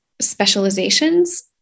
specializations